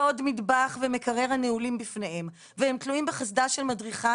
לא עוד מטבח ומקרר הנעולים בפניהם והם תלויים בחסדה של מדריכה